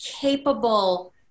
capable